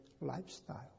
lifestyle